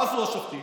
מה עשו השופטים?